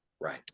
Right